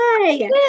Yay